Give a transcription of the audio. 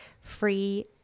free